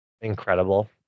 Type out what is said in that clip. incredible